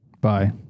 Bye